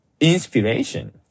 inspiration